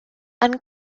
and